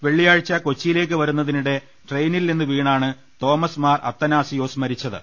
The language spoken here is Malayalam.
വെള്ളിയാഴ്ച കൊച്ചിയിലേക്ക് വരുന്നതിനിടെ ട്രെയിനിൽ നിന്ന് വീണാണ് തോമസ് മാർ അത്തനാസിയോസ് മരിച്ചത്